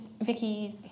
Vicky's